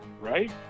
right